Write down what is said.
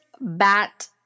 bat